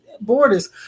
borders